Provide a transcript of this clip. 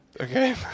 Okay